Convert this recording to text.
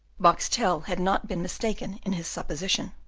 boxtel had not been mistaken in his supposition.